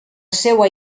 seua